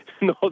No